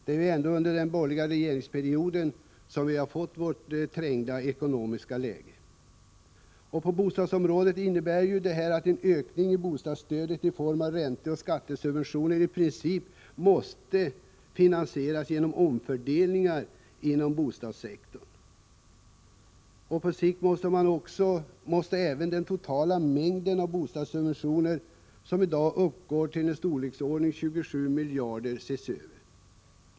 Det var då under den borgerliga regeringsperioden som vi hamnade i detta trängda ekonomiska läge. På bostadsområdet innebär det att en ökning av bostadsstödet i form av ränteoch skattesubventionering i princip måste finansieras genom omfördelningar inom bostadssektorn. På sikt måste även den totala mängden bostadssubventioner, som i dag är i storleksordningen 27 miljarder, ses över.